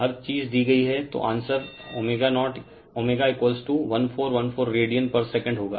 हर चीज दी गई हैं तो आंसर ω 1414 रेडियन पर सेकंड होगा